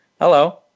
Hello